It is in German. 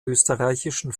österreichischen